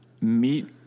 meet